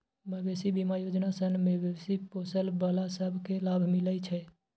मबेशी बीमा योजना सँ मबेशी पोसय बला सब केँ लाभ मिलइ छै